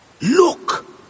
Look